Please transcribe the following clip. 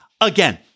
Again